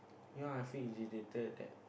ya I feel agitated at